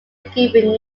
given